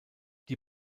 die